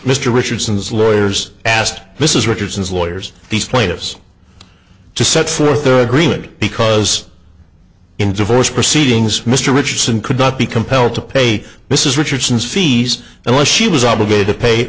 mr richardson's lawyers asked mrs richardson's lawyers these plaintiffs to set forth their agreement because in divorce proceedings mr richardson could not be compelled to pay this is richardson's fees and why she was obligated to pay